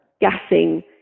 gassing